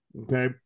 okay